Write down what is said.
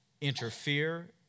interfere